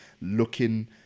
looking